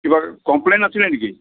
কিবা কম্প্লেইণ্ট আছিলে নেকি